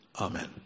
Amen